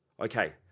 Okay